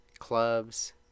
clubs